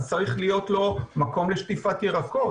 אז צריך להיות לו מקום לשטיפת ירקות.